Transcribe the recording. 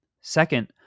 Second